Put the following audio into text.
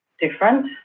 different